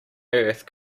earth